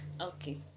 Okay